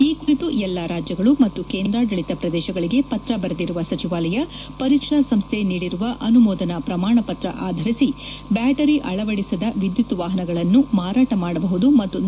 ಈ ಕುರಿತು ಎಲ್ಲ ರಾಜ್ಯಗಳು ಮತ್ತು ಕೇಂದ್ರಾಡಳಿತ ಪ್ರದೇಶಗಳಿಗೆ ಪತ್ರ ಬರೆದಿರುವ ಸಚಿವಾಲಯ ಪರೀಕ್ಷಾ ಸಂಸ್ಥೆ ನೀಡಿರುವ ಅನುಮೋದನಾ ಪ್ರಮಾಣಪತ್ರ ಆಧರಿಸಿ ಬ್ಯಾಟರಿ ಅಳವದಿಸದ ವಿದ್ಯುತ್ ವಾಹನಗಳನ್ನು ಮಾರಾಟ ಮಾಡಬಹುದು ಮತ್ತು ನೋಂದಣಿ ಮಾಡಿಕೊಳ್ಳಬಹುದು ಎಂದು ತಿಳಿಸಿದೆ